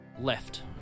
left